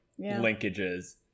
linkages